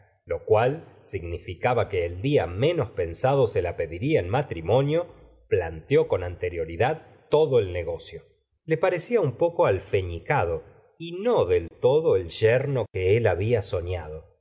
lo cual significaba que el dia menos pensado fe la pediría en matrimonio planteó con anterioridad todo el negocio le pareció un poco alferaicado y no del todo el p i la señora de bovary yerno que habla sonado